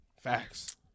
Facts